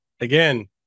again